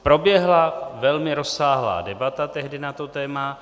Proběhla velmi rozsáhlá debata tehdy na to téma.